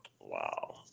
Wow